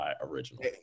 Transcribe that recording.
original